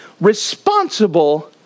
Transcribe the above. responsible